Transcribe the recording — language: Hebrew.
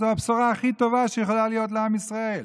זו הבשורה הכי טובה לעם ישראל.